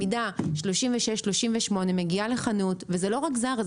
מידה 36-38 מגיעה לחנות וזה לא רק זארה,